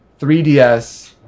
3DS